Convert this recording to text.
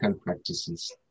practices